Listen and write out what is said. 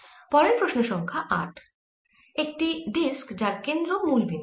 পরের প্রশ্ন সংখ্যা 8 একটি ডিস্ক যার কেন্দ্র মুল বিন্দু তে